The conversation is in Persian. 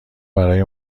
برای